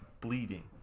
bleeding